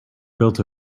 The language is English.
built